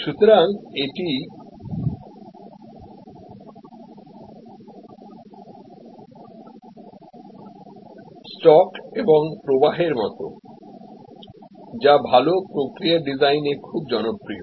সুতরাং এটি স্টক এবং প্রবাহের মতো যা ভাল প্রক্রিয়া প্রবাহ ডিজাইনে খুব জনপ্রিয়